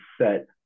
set